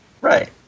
Right